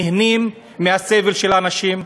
נהנים מסבל של אנשים?